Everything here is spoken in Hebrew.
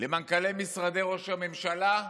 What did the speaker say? למנכ"לי משרדי ראש הממשלה,